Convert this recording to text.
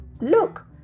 Look